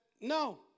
no